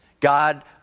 God